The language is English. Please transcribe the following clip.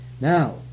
now